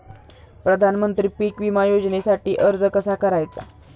प्रधानमंत्री पीक विमा योजनेसाठी अर्ज कसा करायचा?